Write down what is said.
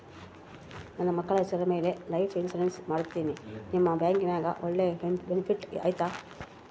ನನ್ನ ಮಕ್ಕಳ ಹೆಸರ ಮ್ಯಾಲೆ ಲೈಫ್ ಇನ್ಸೂರೆನ್ಸ್ ಮಾಡತೇನಿ ನಿಮ್ಮ ಬ್ಯಾಂಕಿನ್ಯಾಗ ಒಳ್ಳೆ ಬೆನಿಫಿಟ್ ಐತಾ?